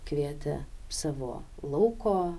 kvietė savo lauko